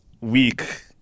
week